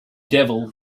devil